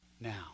now